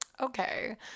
okay